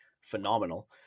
phenomenal